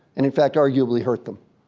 and in fact, arguably hurt them.